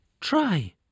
Try